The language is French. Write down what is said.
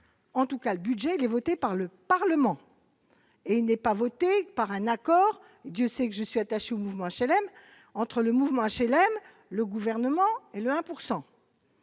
en tout cas le budget voté par le Parlement et il n'est pas voté par un accord, Dieu sait que je suis attaché au mouvement HLM entre le mouvement HLM, le gouvernement et le 1